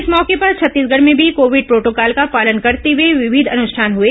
इस मौके पर छत्तीसगढ़ में भी कोविड प्रोटोकॉल का पालन करते हुए विविध अनुष्ठान हुए